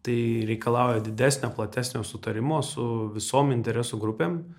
tai reikalauja didesnio platesnio sutarimo su visom interesų grupėm